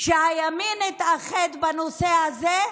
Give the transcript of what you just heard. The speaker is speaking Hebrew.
הימין התאחד בנושא הזה,